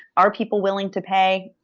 are people willing to pay?